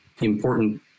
important